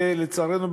ולצערנו,